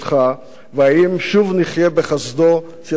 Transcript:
והאם שוב נחיה בחסדו של הדולר האמריקני?